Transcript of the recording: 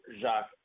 Jacques